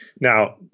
Now